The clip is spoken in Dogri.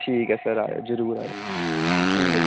ठीक ऐ सर आओ जरूर आओ ठीक ऐ